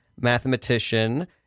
mathematician